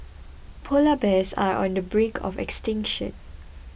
Polar Bears are on the brink of extinction